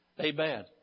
Amen